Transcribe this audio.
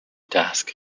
task